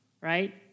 right